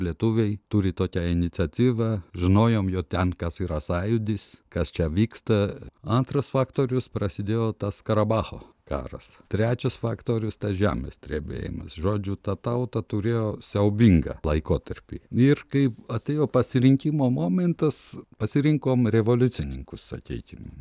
lietuviai turi tokią iniciatyvą žinojom jo ten kas yra sąjūdis kas čia vyksta antras faktorius prasidėjo tas karabacho karas trečias faktorius tas žemės drebėjimas žodžiu ta tauta turėjo siaubingą laikotarpį ir kai atėjo pasirinkimo momentas pasirinkom revoliucininkus sakykim